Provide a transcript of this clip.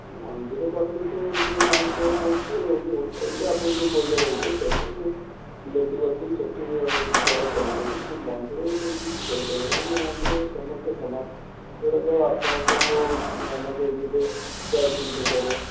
ମନ୍ଦିର ପାଖରେ ତ କେହି ନାହାନ୍ତି ଭାଇ କହୁଛି ଆଉ ହେଉଛି ହୋଟେଲ୍ରେ ଆପଣ ଯେଉଁ କହିଲେ ରହିବେ ସେଠି ରିଲେଟିଭ୍ ଅଛି ସେଠି ଦର କମିଯାଏ କିନ୍ତୁ ମନ୍ଦିରରେ ସେମିତି କିଛି କହି ହେବନି କାହିଁକି ନା ମନ୍ଦିରରେ ସମସ୍ତେ ସମାନ ଧରାଯାଉ ଆପଣଙ୍କୁ ନନା କହିବେ ଯେ ଏତିକି ପଇସା ଦେ